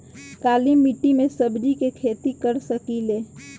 काली मिट्टी में सब्जी के खेती कर सकिले?